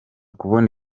kubona